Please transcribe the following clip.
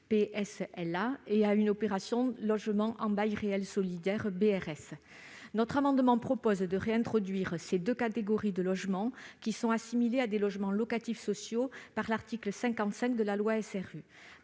et à une opération logements en bail réel solidaire (BRS). Nous proposons de réintroduire ces deux catégories de logements assimilés à des logements locatifs sociaux par l'article 55 de la loi du